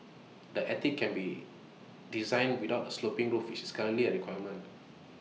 the attic can be designed without A sloping roof which is currently A requirement